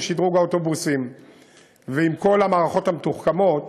עם שדרוג האוטובוסים ועם כל המערכות המתוחכמות,